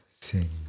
sing